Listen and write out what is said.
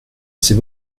c’est